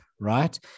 right